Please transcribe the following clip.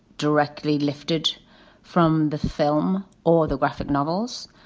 directly lifted from the film or the graphic novels.